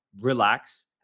relax